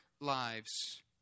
lives